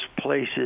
places